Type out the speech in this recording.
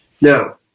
Now